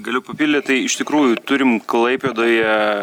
galiu papildyt tai iš tikrųjų turim klaipėdoje